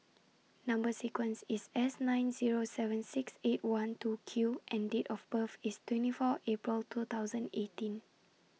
Number sequence IS S nine Zero seven six eight one two Q and Date of birth IS twenty four April two thousand eighteen